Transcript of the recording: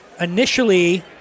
initially